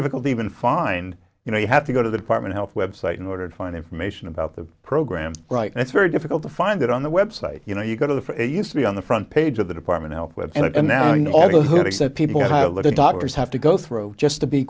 difficult to even find you know you have to go to the department health website in order to find information about the program right and it's very difficult to find it on the web site you know you go to the for a used to be on the front page of the department health web and now you know all the lyrics that people have the doctors have to go through just to be